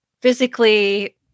physically